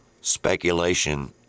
speculation